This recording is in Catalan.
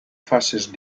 faces